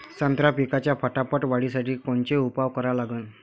संत्रा पिकाच्या फटाफट वाढीसाठी कोनचे उपाव करा लागन?